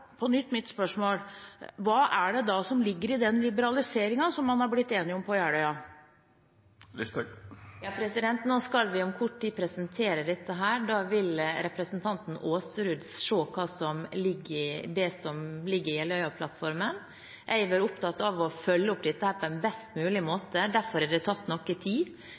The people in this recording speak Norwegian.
nytt mitt spørsmål: Hva er det da som ligger i den liberaliseringen som man har blitt enig om på Jeløya? Nå skal vi om kort tid presentere dette. Da vil representanten Aasrud se hva som ligger i det som ligger i Jeløya-plattformen. Jeg har vært opptatt av å følge opp dette på en best mulig måte. Derfor har det tatt noe tid,